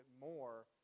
more